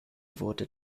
wurde